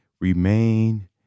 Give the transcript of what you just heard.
remain